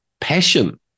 passion